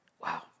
Wow